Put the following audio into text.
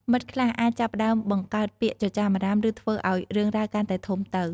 មិត្តខ្លះអាចចាប់ផ្ដើមបង្កើតពាក្យចចាមអារាម ឬធ្វើឱ្យរឿងរ៉ាវកាន់តែធំទៅ។